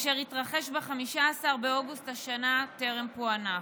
אשר התרחש ב-15 באוגוסט השנה, טרם פוענח.